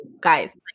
guys